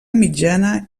mitjana